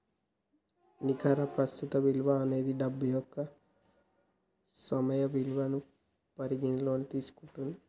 నికర ప్రస్తుత విలువ అనేది డబ్బు యొక్క సమయ విలువను పరిగణనలోకి తీసుకుంటది